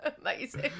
Amazing